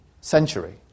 century